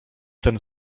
ten